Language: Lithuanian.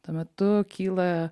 tuo metu kyla